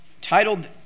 titled